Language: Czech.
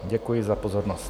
Děkuji za pozornost.